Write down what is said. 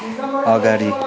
अगाडि